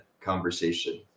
conversation